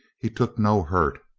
he took no hurt,